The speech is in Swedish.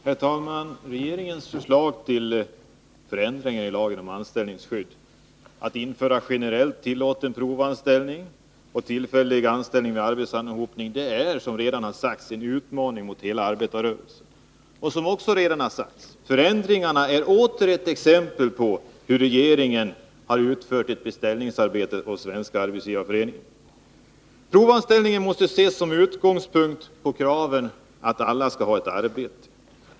Herr talman! Regeringens förslag till förändringar i lagen om anställningsskydd, att införa generellt tillåten provanställning och tillfällig anställning vid arbetsanhopning, är, som det redan har sagts, en utmaning mot hela arbetarrörelsen. Som också redan har sagts: Förändringarna är åter ett exempel på hur regeringen har utfört ett beställningsarbete åt Svenska arbetsgivareföreningen. Provanställningen måste ses mot bakgrund av kravet att alla skall ha ett arbete.